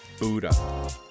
Buddha